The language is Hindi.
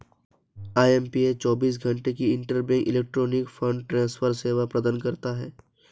आई.एम.पी.एस चौबीस घंटे की इंटरबैंक इलेक्ट्रॉनिक फंड ट्रांसफर सेवा प्रदान करता है